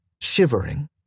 shivering